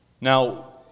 Now